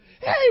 Hey